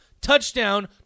touchdown